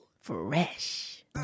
fresh